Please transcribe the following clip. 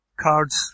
cards